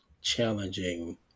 challenging